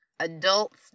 adults